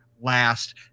last